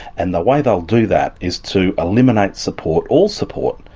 and the way they'll do that is to eliminate support, all support,